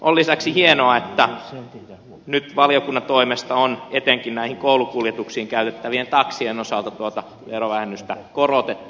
on lisäksi hienoa että nyt valiokunnan toimesta on etenkin näihin koulukuljetuksiin käytettävien taksien osalta tuota verovähennystä korotettu